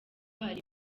hari